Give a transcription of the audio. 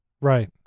Right